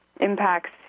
impacts